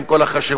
עם כל החשיבות,